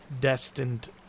destined